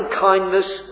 kindness